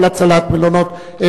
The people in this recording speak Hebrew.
כל הצלת המלונות.